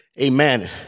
Amen